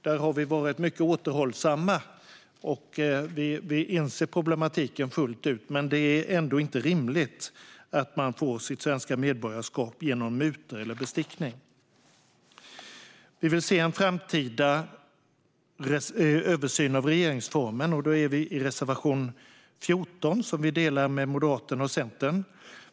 Vi har varit mycket återhållsamma, och vi inser problematiken fullt ut. Men det är ändå inte rimligt att man får sitt svenska medborgarskap genom mutor eller bestickning. Vi vill se en framtida översyn av regeringsformen. Det behandlas i reservation 14, som vi delar med Moderaterna och Centern.